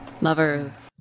Lovers